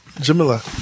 Jamila